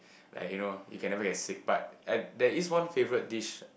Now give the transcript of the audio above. like you know you can never get sick but I there is one favourite dish